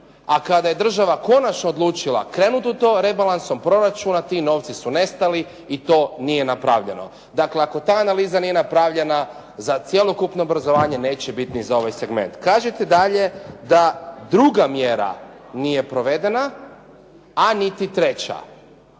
a kada je država konačno odlučila krenuti u to, rebalansom proračuna ti novci su nestali i to nije napravljeno. Dakle ako ta analiza nije napravljena, za cjelokupno obrazovanje neće biti ni za ovaj segment. Kažete dalje da druga mjera nije provedena, a niti treća.